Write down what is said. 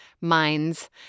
minds